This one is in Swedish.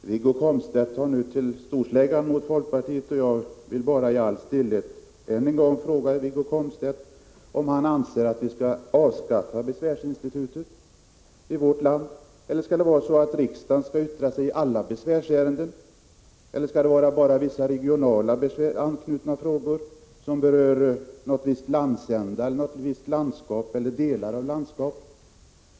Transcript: Herr talman! Wiggo Komstedt tar nu till storsläggan mot folkpartiet, och jag vill bara helt stillsamt än en gång fråga Wiggo Komstedt om han anser att vi skall avskaffa besvärsinstitutet i vårt land. Menar Wiggo Komstedt att vi skall ha det så att riksdagen skall yttra sig i alla besvärsärenden, eller skall det bara gälla vissa regionalt anknutna frågor, frågor som berör en viss landsända, ett visst landskap eller delar av landskap?